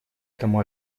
этому